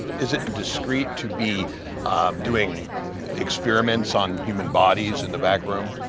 is it discreet to be doing experiments on human bodies in the back room?